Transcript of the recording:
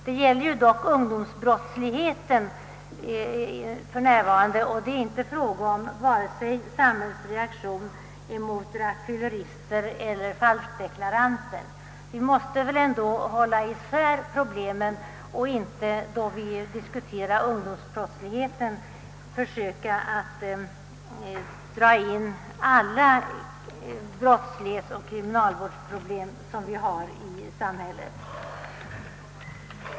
Det gäller dock nu ungdomsbrottsligheten och det är inte fråga om samhällets reaktion mot vare sig rattfyllerister eller falskdeklaranter. Vi måste hålla isär problemen och bör inte, då vi diskuterar ungdomsbrottsligheten, dra in alla brottslighetsoch kriminalvårdsproblem som vi har i samhället.